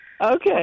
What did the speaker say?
Okay